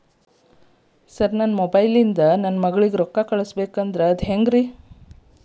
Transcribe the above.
sir ನನ್ನ mobile ಇಂದ ನನ್ನ ಮಗಳಿಗೆ ರೊಕ್ಕಾ ಕಳಿಸಬಹುದೇನ್ರಿ ಅದು ಹೆಂಗ್ ಹೇಳ್ರಿ